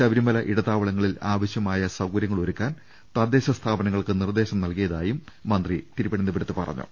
ശബരിമല ഇട ത്താവളങ്ങളിൽ ആവശ്യമായ സൌകര്യങ്ങളൊരുക്കാൻ തദ്ദേശ സ്ഥാപനങ്ങൾക്ക് നിർദേശം നൽകിയത്വായും മ്യന്തി തിരുവനന്ത പുരത്ത് അറിയിച്ചു